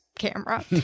camera